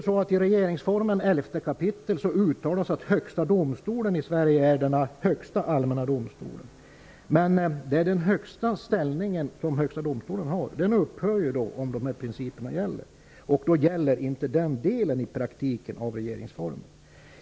I regeringsformens 11 kap. uttalas att Högsta domstolen i Sverige är den högsta allmänna domstolen. Men den högsta ställning som Högsta domstolen har upphör om dessa principer gäller, och då gäller i praktiken inte denna del av regeringsformen.